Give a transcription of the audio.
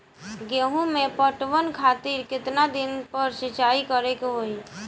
गेहूं में पटवन खातिर केतना दिन पर सिंचाई करें के होई?